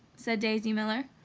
said daisy miller.